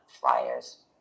flyers